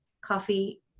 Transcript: coffee